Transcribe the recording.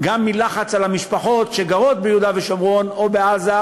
גם מלחץ על המשפחות שגרות ביהודה ושומרון או בעזה,